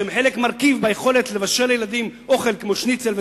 שהם מרכיב ביכולת לבשל לילדים אוכל כמו שניצל,